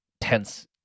tense